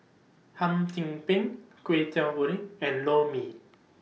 Hum Chim Peng Kway Teow Goreng and Lor Mee